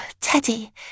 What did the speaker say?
Teddy